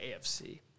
AFC